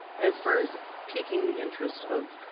as far as peaking the interest of,